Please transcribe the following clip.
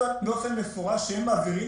שהם מעבירים